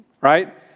right